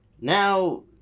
Now